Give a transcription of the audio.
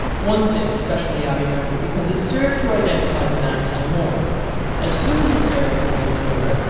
one thing, especially, i remember, because it served to identify the man still more as soon as the ceremony was over,